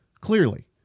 Clearly